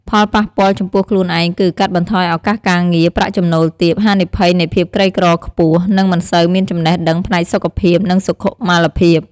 ផលប៉ះពាល់ចំពោះខ្លួនឯងគឺ កាត់បន្ថយឱកាសការងារ ប្រាក់ចំណូលទាប ហានិភ័យនៃភាពក្រីក្រខ្ពស់ និងមិនសូវមានចំណេះដឹងផ្នែកសុខភាព និងសុខុមាលភាព។